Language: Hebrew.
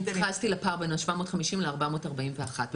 אני התייחסתי לפער בין ה-750 ל-441 .